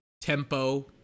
tempo